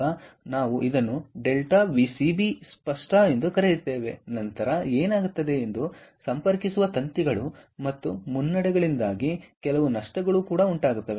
ಆದ್ದರಿಂದ ನಾವು ಇದನ್ನು Δವಿಸಿಬಿ ಸ್ಪಷ್ಟ ಎಂದು ಕರೆಯುತ್ತೇವೆ ನಂತರ ಏನಾಗುತ್ತದೆ ಎಂದು ಸಂಪರ್ಕಿಸುವ ತಂತಿಗಳು ಮತ್ತು ಮುನ್ನಡೆಗಳಿಂದಾಗಿ ಕೆಲವು ನಷ್ಟಗಳು ಉಂಟಾಗುತ್ತವೆ